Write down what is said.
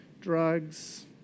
drugs